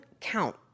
count